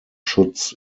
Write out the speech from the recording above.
schutz